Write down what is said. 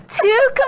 two